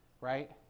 right